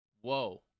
whoa